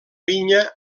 vinya